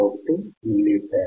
01 milli farad